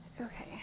Okay